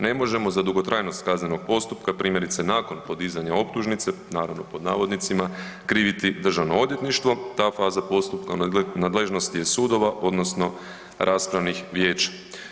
Ne možemo za dugotrajnost kaznenog postupka primjerice nakon podizanja optužnice, naravno „krivi“ Državno odvjetništvo, ta faza postupka u nadležnosti je sudova odnosno raspravnih vijeća.